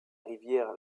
rivière